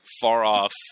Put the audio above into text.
far-off